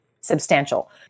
substantial